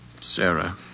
Sarah